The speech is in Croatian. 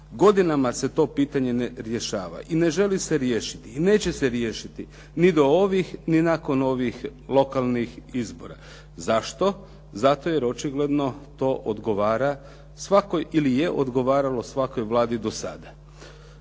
Godinama se to pitanje ne rješava i ne želi se riješiti i neće se riješiti ni do ovih ni nakon ovih lokalnih izbora. Zašto? Zato jer očigledno to odgovara svakoj ili je odgovaralo svakoj Vladi do sada.